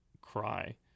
cry